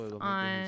on